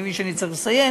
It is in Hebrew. אני מבין שאני צריך לסיים,